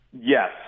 Yes